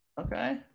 Okay